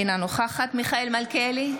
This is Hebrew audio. אינה נוכחת מיכאל מלכיאלי,